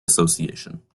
association